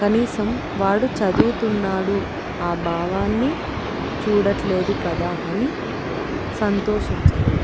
కనీసం వాడు చదువుతున్నాడు ఆ భావాన్ని చూడట్లేదు కదా అని సంతోషించరు